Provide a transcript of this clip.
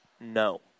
no